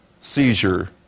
seizure